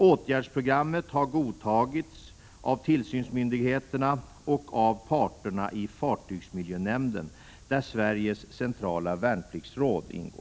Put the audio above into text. Åtgärdsprogrammet har godtagits av tillsynsmyndigheterna och av parterna i fartygsmiljönämnden där Sveriges centrala värnpliktsråd ingår.